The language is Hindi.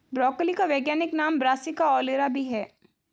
ब्रोकली का वैज्ञानिक नाम ब्रासिका ओलेरा भी है